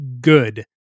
good